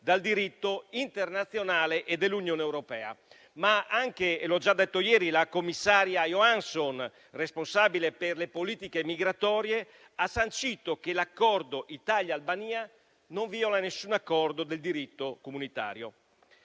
dal diritto internazionale e dell'Unione europea. Anche la commissaria Johansson, responsabile per le politiche migratorie, ha sancito che l'accordo Italia-Albania non viola alcun accordo del diritto comunitario.